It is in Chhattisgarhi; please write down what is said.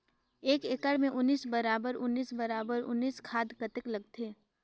एक एकड़ मे उन्नीस बराबर उन्नीस बराबर उन्नीस खाद कतेक लगथे?